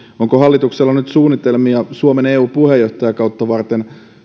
onko hallituksella suunnitelmia suomen eu puheenjohtajakautta varten